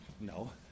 no